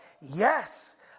Yes